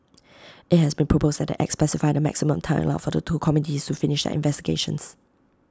IT has been proposed that the act specify the maximum time allowed for the two committees to finish their investigations